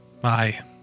Bye